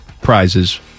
prizes